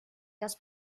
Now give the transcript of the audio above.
das